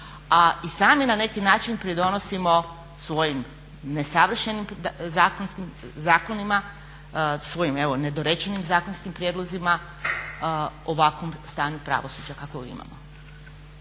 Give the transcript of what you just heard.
i sami na neki način pridonosimo svojim nesavršenim zakonima, svojim evo nedorečenim zakonskim prijedlozima ovakvom stanju pravosuđa kakvog imamo.